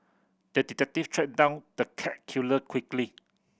the detective tracked down the cat killer quickly